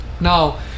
now